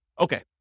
Okay